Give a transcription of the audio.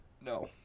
No